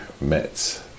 Mets